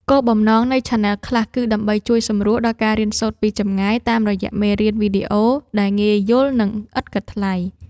គោលបំណងនៃឆានែលខ្លះគឺដើម្បីជួយសម្រួលដល់ការរៀនសូត្រពីចម្ងាយតាមរយៈមេរៀនវីដេអូដែលងាយយល់ និងឥតគិតថ្លៃ។